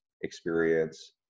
experience